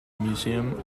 museum